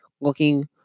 Looking